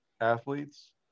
athletes